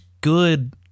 good